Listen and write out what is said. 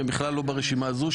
שהם בכלל לא ברשימה הזו,